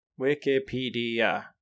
Wikipedia